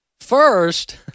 First